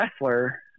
wrestler